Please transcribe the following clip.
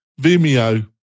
Vimeo